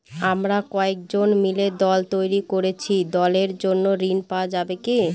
আমরা কয়েকজন মিলে দল তৈরি করেছি দলের জন্য ঋণ পাওয়া যাবে কি?